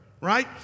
right